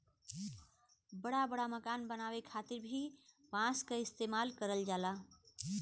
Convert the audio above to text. बड़ा बड़ा मकान बनावे खातिर भी बांस क इस्तेमाल करल जाला